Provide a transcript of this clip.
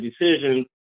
decisions